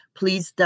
please